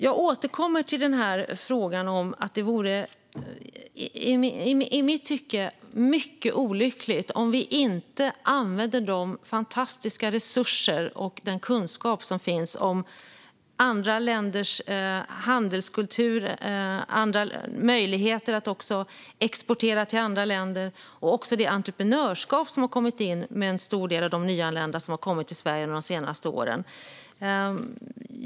Jag återkommer till att det i mitt tycke vore mycket olyckligt om vi inte skulle använda de fantastiska resurserna och den kunskap som finns om andra länders handelskultur. Det handlar om möjligheter att exportera till andra länder och om det entreprenörskap som har kommit in med en stor del av de nyanlända i Sverige under de senaste åren.